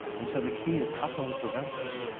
and so the key is how can we prevent this?